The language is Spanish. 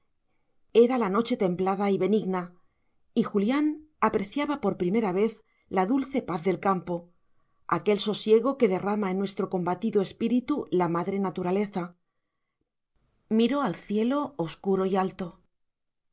era la noche templada y benigna y julián apreciaba por primera vez la dulce paz del campo aquel sosiego que derrama en nuestro combatido espíritu la madre naturaleza miró al cielo oscuro y alto